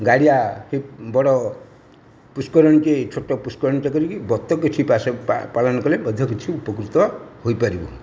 ଗାଡ଼ିଆ ଏ ବଡ଼ ପୁଷ୍କରିଣୀକି ଛୋଟ ପୁଷ୍କରିଣୀ ଟି କରିବି ବତକ କିଛି ପାସ ପାଳନ କଲେ ମଧ୍ୟ କିଛି ଉପକୃତ ହୋଇପାରିବ